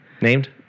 Named